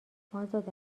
ازاده